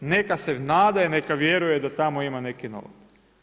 Neka se nada i neka vjeruje da tamo ima neki novac.